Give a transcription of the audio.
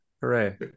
Hooray